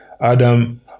Adam